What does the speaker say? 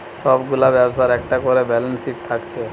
সব গুলা ব্যবসার একটা কোরে ব্যালান্স শিট থাকছে